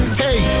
hey